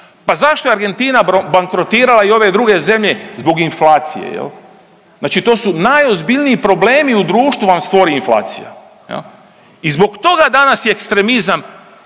Pa zašto je Argentina bankrotirala i ove druge zemlje zbog inflacije? Znači to su najozbiljniji problemi u društvu vam stvori inflacija i zbog toga danas i ekstremizam